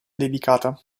dedicata